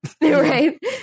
Right